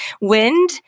wind